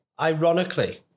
ironically